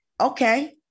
Okay